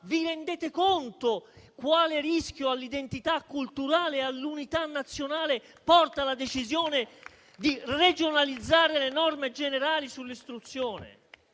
corrono e di quale rischio all'identità culturale e all'unità nazionale porta la decisione di regionalizzare le norme generali sull'istruzione?